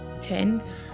Tens